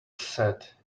said